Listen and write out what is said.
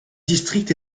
district